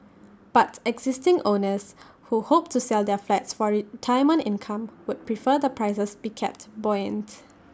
but existing owners who hope to sell their flats for retirement income would prefer the prices be kept buoyant